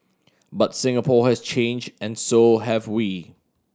but Singapore has changed and so have we